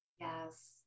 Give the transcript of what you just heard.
Yes